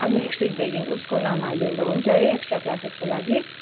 अब नेक्स्ट विकदेखि उसको नाम हालिदिँदा हुन्छ है एक्सट्रा क्लासेसको लागि